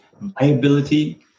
viability